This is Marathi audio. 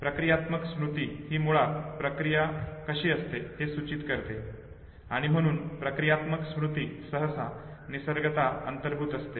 प्रक्रियात्मक स्मृती ही मुळात प्रक्रिया कशी असते हे सूचित करते आणि म्हणून प्रक्रियात्मक स्मृती सहसा निसर्गता अंतर्भूत असते